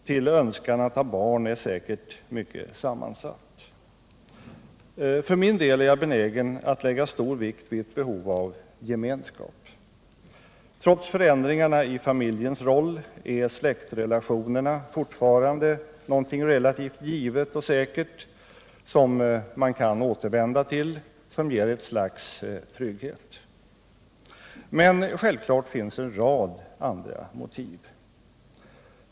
Önskan att ha barn är säkert mycket sammansatt. För min del är jag benägen att lägga stor vikt vid ett behov av gemenskap. Trots förändringarna i familjens roll är släktrelationerna fortfarande något relativt givet och säkert som man kan återvända till, som ger ett slags trygghet. Men självklart finns en rad andra motiv.